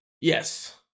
Yes